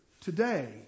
today